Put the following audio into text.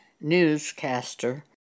newscaster